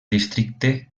districte